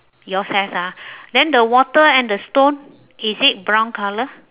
yours has ah then the water and the stone is it brown colour